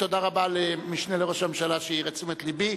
תודה רבה למשנה לראש הממשלה שהעיר את תשומת לבי.